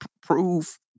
prove